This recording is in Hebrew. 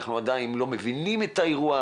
אנחנו לא מבינים את האירוע,